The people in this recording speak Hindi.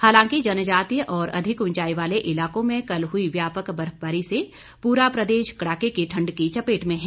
हालांकि जनजातीय और अधिक ऊंचाई वाले इलाकों में कल हुई व्यापक बर्फबारी से पूरा प्रदेश कड़ाके की ठण्ड की चपेट में है